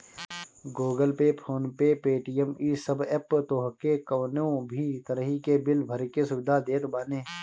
Google Pay, PhonePe, Paytm इ सब app तोहके कवनो भी तरही के बिल भरे के सुविधा देत बाने